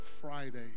Friday